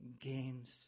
games